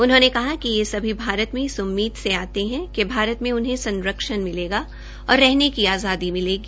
उन्होंने कहा कि ये सभी भारत मे इस उम्मीद से आते है कि भारत मे उन्हें संरक्षण मिलेगा और रहने की आज़ादी मिलेगी